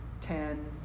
ten